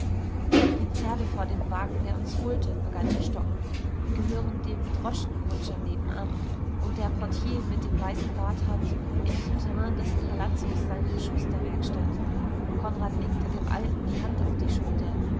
die pferde vor dem wagen der uns holte begann er stockend gehören dem droschkenkutscher nebenan und der portier mit dem weißen bart hat im souterrain des palazzos seine schusterwerkstatt konrad legte dem alten die hand auf die schulter